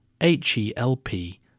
H-E-L-P